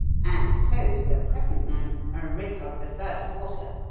and so's the present man a rip of the first water.